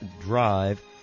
Drive